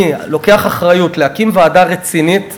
אני לוקח אחריות להקים ועדה רצינית,